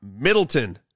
Middleton